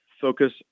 focus